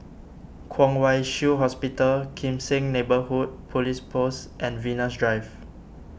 Kwong Wai Shiu Hospital Kim Seng Neighbourhood Police Post and Venus Drive